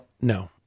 No